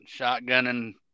shotgunning